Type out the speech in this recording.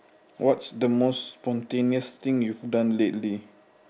what's the most spontaneous thing you done lately